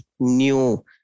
new